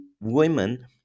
women